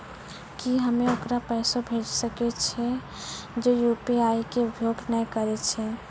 की हम्मय ओकरा पैसा भेजै सकय छियै जे यु.पी.आई के उपयोग नए करे छै?